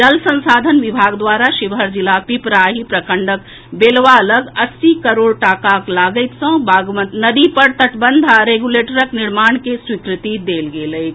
जल संसाधन विभाग द्वारा शिवहर जिलाक पिपराही प्रखंडक बेलवा लऽग अस्सी करोड़ टाकाक लागति सँ बागमती नदी पर तटबंध आ रेगुलेटरक निर्माण के स्वीकृति देल गेल अछि